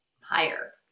higher